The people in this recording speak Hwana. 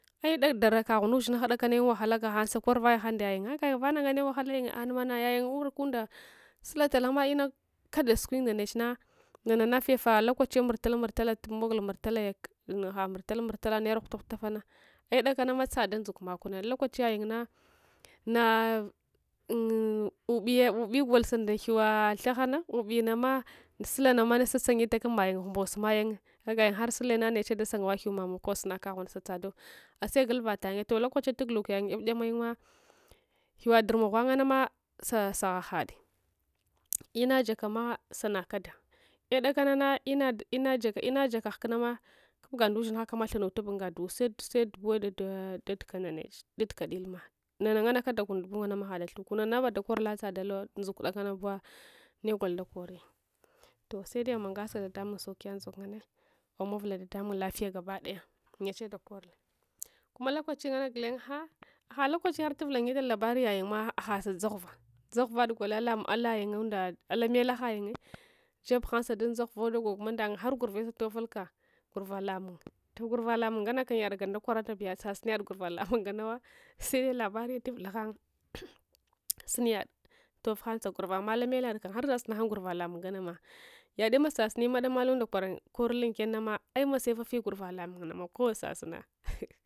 Eh'da darakahun ushinha kudakane un wahala gahang sakorvaya hang ndayajun agayun vana nganne unwahala yungye anemana yayun sun wurkunda sele talama inakada sukuyun ndaneche na nanana fevala lokochiya murtalaya aha murtala murtala naira hutaf hutafana ai dakanam tsada ndzukmakunne unlokachiya yung nah na umbiye umbiya gol sanda gheuwa thahana ubiyenama selenama sasangyela aks mayun ghumbos mayun agayun har selena neche dasungawa gheuw mamo kosunakahon satsadaw asegulvatang toh lokachiya tuguluk yayun yany angsyunmah ghewwa durmuk ghuw angnama sasahahade lna jakaa masa nakada eh dakansna ina ina ina jaka ina jaka hukunama kubga nda ushinha kama thanutab unga duwo se se dubuwe daduka daduka dilma nana nganne kadakunma hada thuku nanama nadalkor la tsada luwa nduzk dakanifah negol dakori toh sede amungasa dadamun saukiya nduzk nganne amavula dadamun lafiya gabadaya neche da korullah kuma lokeahiya gulenye haaha lokachiya hartavulanyer al labari yayumma ahasa dzaghuva dzaghuvade golna alayungu inda alamelhayun jebhansadun tzaghuvo dagog mandang harsa gurve satofulka gurva lamung gurva lamung nganalsam yadikam dakoratab yad sasi nayad gurva lamung nganawa sede lasariye tuvul hang sunyad tofhang sagurva ammalamelad kam harsasunsh ang guvva lamung nganamsa ya de mssasinima damalunda korul unkenn ama ai mase fafi gurva lamung namak owa sasuna